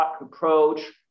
approach